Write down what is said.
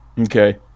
Okay